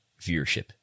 viewership